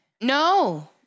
No